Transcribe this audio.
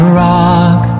rock